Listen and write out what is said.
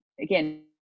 again